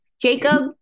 Jacob